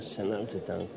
selkiyttää